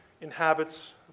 inhabits